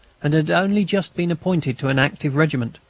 and had only just been appointed to an active regiment.